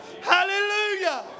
Hallelujah